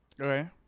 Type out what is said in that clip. Okay